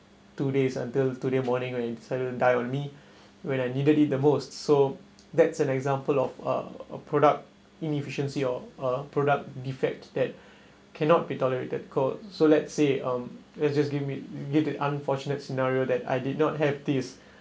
two days until today morning when suddenly die on me when I needed it the most so that's an example of a a product inefficiency of a product defect that cannot be tolerated cause so let's say um it's just give me give the unfortunate scenario that I did not have these